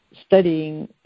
studying